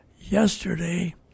Yesterday